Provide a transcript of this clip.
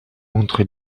entre